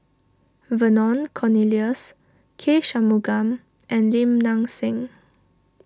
Vernon Cornelius K Shanmugam and Lim Nang Seng